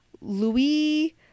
Louis